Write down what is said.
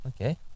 okay